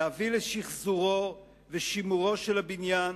להביא לשחזורו ולשימורו של הבניין,